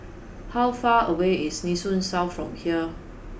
how far away is Nee Soon South from here